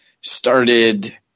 started